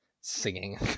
singing